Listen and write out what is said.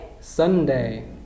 Sunday